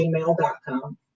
gmail.com